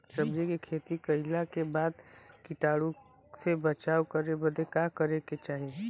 सब्जी के खेती कइला के बाद कीटाणु से बचाव करे बदे का करे के चाही?